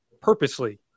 purposely